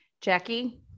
Jackie